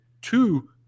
two